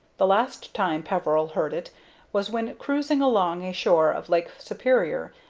the last time peveril heard it was when cruising along a shore of lake superior,